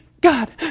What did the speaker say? God